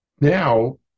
Now